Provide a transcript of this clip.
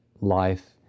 life